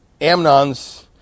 Amnon's